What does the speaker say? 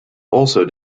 also